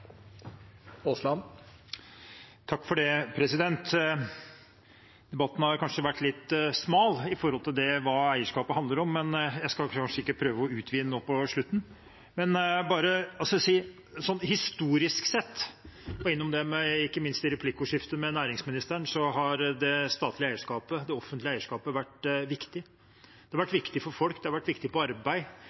Debatten har kanskje vært litt smal i forhold til hva eierskapet handler om. Jeg skal vel ikke prøve å utvide nå på slutten, men bare si at historisk sett – jeg var innom det ikke minst i replikkordskiftet med næringsministeren – har det statlige eierskapet, det offentlige eierskapet, vært viktig. Det har vært viktig for folk, det har vært viktig for arbeid,